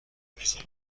maison